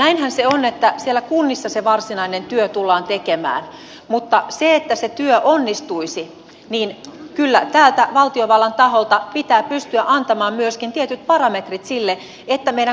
näinhän se on että siellä kunnissa se varsinainen työ tullaan tekemään mutta että se työ onnistuisi niin kyllä täältä valtiovallan taholta pitää pystyä antamaan myöskin tietyt parametrit sille että meidän kuntakenttä ei eriydy